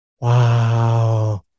wow